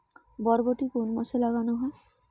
বরবটি কোন মাসে লাগানো হয়?